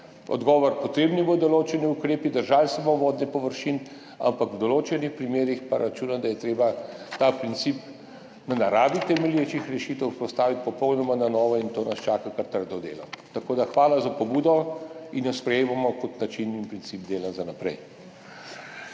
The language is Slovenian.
Odgovor: potrebni bodo določeni ukrepi, držali se bomo vodne površine, ampak v določenih primerih pa računam, da je treba ta princip na naravi temelječih rešitev postaviti popolnoma na novo, in tu nas čaka kar trdo delo. Tako da hvala za pobudo. Jo sprejemamo kot način in princip dela za naprej.